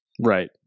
Right